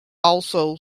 also